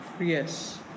Yes